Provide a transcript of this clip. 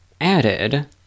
added